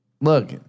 Look